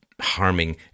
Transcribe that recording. harming